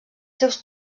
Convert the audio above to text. seus